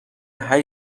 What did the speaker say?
هشت